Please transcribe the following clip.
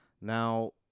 Now